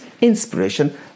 inspiration